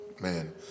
man